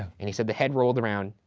and he said the head rolled around,